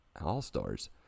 All-Stars